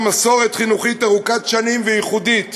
מסורת חינוכית ארוכת שנים וייחודית